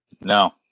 No